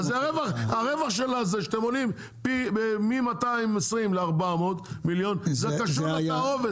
אז הרווח שאתם עולים מ-220 ל-400 מיליון זה קשור לתערובת,